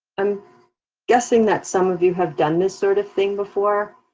i'm guessing that some of you have done this sort of thing before.